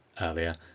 earlier